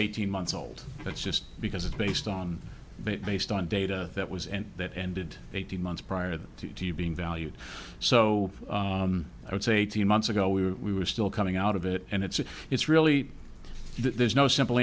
eighteen months old that's just because it's based on based on data that was and that ended eighteen months prior to being valued so i would say two months ago we were we were still coming out of it and it's it's really there's no simple